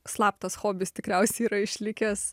slaptas hobis tikriausiai yra išlikęs